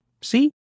See